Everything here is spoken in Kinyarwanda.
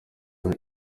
kazi